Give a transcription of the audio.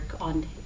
on